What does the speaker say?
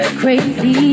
crazy